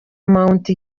mount